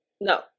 No